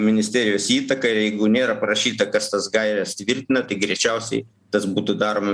ministerijos įtaka ir jeigu nėra parašyta kas tas gaires tvirtina tai greičiausiai tas būtų daroma